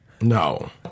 No